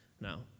now